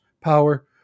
power